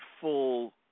full